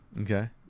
Okay